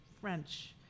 French